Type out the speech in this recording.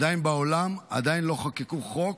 בעולם עדיין לא חוקקו חוק